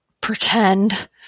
pretend